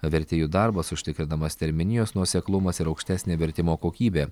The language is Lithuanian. vertėjų darbas užtikrinamas terminijos nuoseklumas ir aukštesnė vertimo kokybė